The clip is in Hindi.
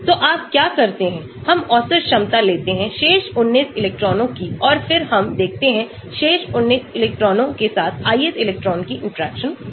तो आप क्या करते हैं हम औसत क्षमता लेते हैं शेष 19 इलेक्ट्रॉनों की और फिर हम देखते हैं शेष 19 इलेक्ट्रॉनों के साथ ith इलेक्ट्रॉन कीइंटरैक्शन को